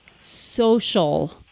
social